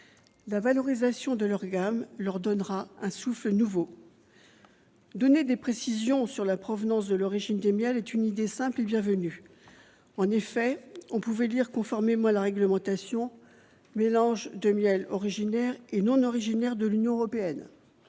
La valorisation de leur gamme leur donnera un souffle nouveau. Donner des précisions sur la provenance de l'origine des miels est une idée simple et bienvenue. En effet, on pouvait lire, conformément à la réglementation :« Mélange de miels originaires et non originaires de l'Union européenne »